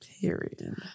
Period